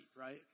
right